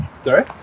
Sorry